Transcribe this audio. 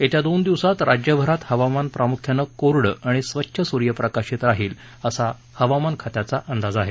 येत्या दोन दिवसात राज्यभरात हवामान प्रामुख्यानं कोरडं आणि स्वच्छ सूर्यप्रकाश राहील असा हवामान खात्याचा अंदाज आहे